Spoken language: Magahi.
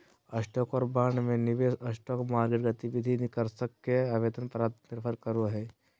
स्टॉक और बॉन्ड में निवेश स्टॉक मार्केट गतिविधि निष्कर्ष के आवेदन पर निर्भर करो हइ